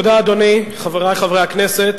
אדוני, תודה, חברי חברי הכנסת,